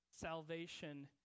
salvation